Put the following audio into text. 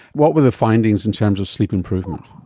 what were the findings in terms of sleep improvement?